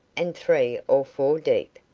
and three or four deep,